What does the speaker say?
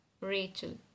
Rachel